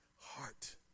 heart